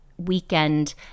weekend